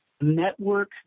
network